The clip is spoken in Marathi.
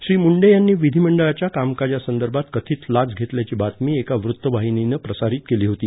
श्री मुंडे यांनी विषिमंडळाच्या कामकाजासंदर्भात कथित लाच घेतल्याची बातमी एका एका वृत्तवाहिनीनं प्रसारित केली होती